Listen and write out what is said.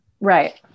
Right